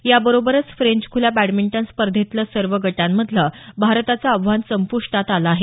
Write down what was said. याबरोबरच फ्रेंच खुल्या बॅडमिंटन स्पर्धेतलं सर्व गटांमधलं भारताचं आव्हान संपुष्टात आलं आहे